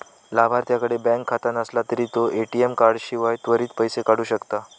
लाभार्थ्याकडे बँक खाता नसला तरी तो ए.टी.एम कार्डाशिवाय त्वरित पैसो काढू शकता